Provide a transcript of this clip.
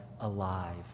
alive